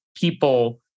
people